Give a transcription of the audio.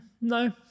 no